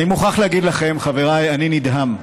אני מוכרח להגיד לכם, חבריי, אני נדהם.